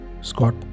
Scott